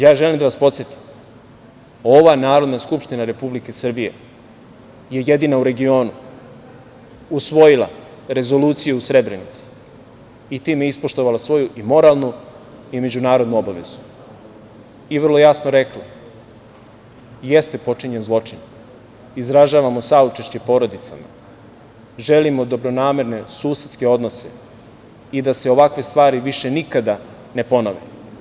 Ja želim da vas podsetim, ova Narodna skupština Republike Srbije je jedina u regionu usvojila Rezoluciju o Srebrenici i time ispoštovala svoju i moralnu i međunarodnu obavezu i vrlo jasno rekla – jeste počinjen zločin, izražavamo saučešće porodicama, želimo dobronamerne susedske odnose i da se ovakve stvari više nikada ne ponove.